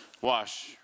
Wash